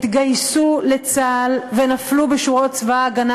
התגייסו לצה"ל ונפלו בשורות צבא ההגנה